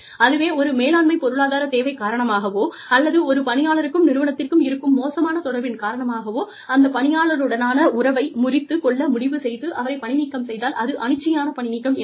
அதுவே ஒரு மேலாண்மை பொருளாதார தேவை காரணமாகவோ அல்லது ஒரு பணியாளருக்கும் நிறுவனத்திற்கும் இருக்கும் மோசமான தொடர்பின் காரணமாகவோ அந்த பணியாளருடனான உறவை முறித்து கொள்ள முடிவு செய்து அவரை பணிநீக்கம் செய்தால் அது அனிச்சையான பணிநீக்கம் எனப்படும்